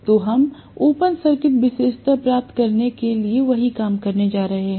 तो हम open circuit विशेषता प्राप्त करने के लिए वही काम करने जा रहे हैं